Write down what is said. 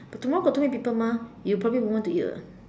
but tomorrow got too many people mah you probably won't want to eat lah